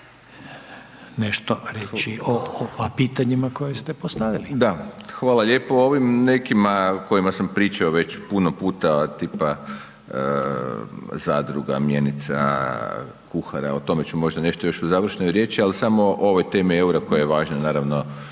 nešto reći o pitanjima koja ste postavili. **Vujčić, Boris** Da, hvala lijepa o ovim nekima o kojima sam pričao već puno puta tipa zadruga, mjenica, kuhara o tome ću možda nešto još u završnoj riječi, ali samo o ovoj tema EUR-a koja je važna naravno